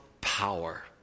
power